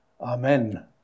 Amen